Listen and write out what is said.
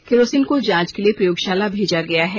kerosene को जांच के लिए प्रयोगशाला भेजा गया है